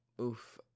Oof